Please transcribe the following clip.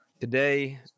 Today